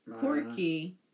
Corky